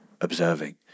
observing